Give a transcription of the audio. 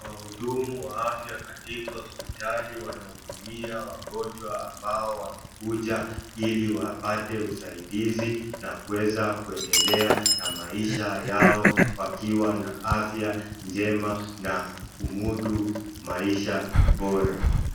Wahudumu wa afya katika hospitali wanahudumia wagonjwa ambao wamekuja ili wapate usaidizi na kuweza kuendelea na maisha yao wakiwa na afya njema na kudumu maisha bora.